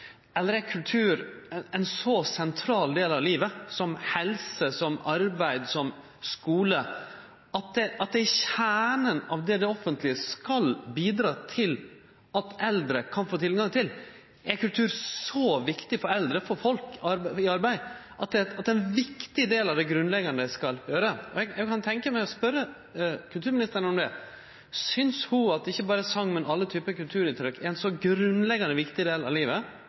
eller er kultur ein så sentral del av livet, som helse, som arbeid, som skule, at det er kjernen av det som det offentlege skal bidra til at eldre kan få tilgang til? Er kultur så viktig for eldre, for folk i arbeid, at det er ein viktig del av det grunnleggjande ein skal gjere? Eg kan tenkje meg å spørje kulturministeren om dette. Synest ho at ikkje berre song, men alle typar kulturuttrykk er ein så grunnleggjande og viktig del av livet